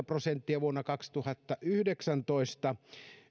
prosenttia vuonna kaksituhattayhdeksäntoista